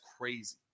crazy